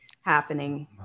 happening